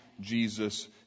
Jesus